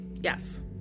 Yes